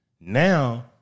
now